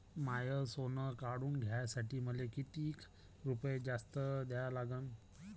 माय सोनं काढून घ्यासाठी मले कितीक रुपये जास्त द्या लागन?